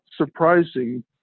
surprising